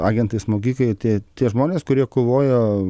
agentai smogikai tie tie žmonės kurie kovojo